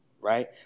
right